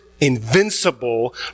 invincible